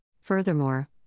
Furthermore